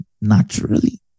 naturally